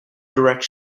directs